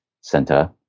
center